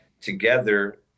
together